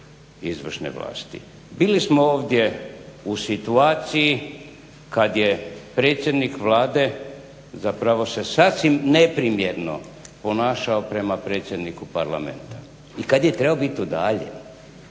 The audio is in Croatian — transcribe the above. izvršne vlasti. Bili smo ovdje u situaciji kada je predsjednik Vlade zapravo se sasvim neprimjerno ponašao prema predsjedniku parlamenta i kada je trebao biti udaljen.